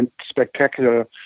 spectacular